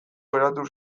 geratu